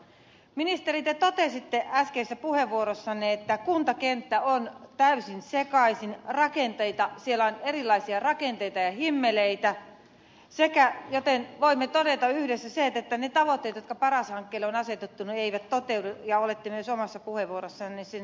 ministeri te totesitte äskeisessä puheenvuorossanne että kuntakenttä on täysin sekaisin siellä on erilaisia rakenteita ja himmeleitä joten voimme todeta yhdessä sen että ne tavoitteet jotka paras hankkeelle on asetettu eivät toteudu ja olette sen myös omassa puheenvuorossanne sanonut